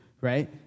right